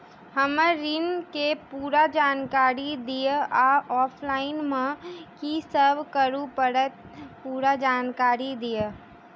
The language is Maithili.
हम्मर ऋण केँ पूरा जानकारी दिय आ ऑफलाइन मे की सब करऽ पड़तै पूरा जानकारी दिय?